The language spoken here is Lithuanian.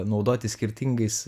naudoti skirtingais